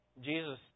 Jesus